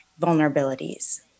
vulnerabilities